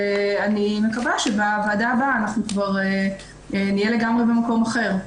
אני מקווה שבדיון הבא בוועדה אנחנו כבר נהיה לגמרי במקום אחר.